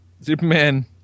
Superman